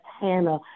Hannah